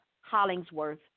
Hollingsworth